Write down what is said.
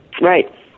right